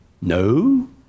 No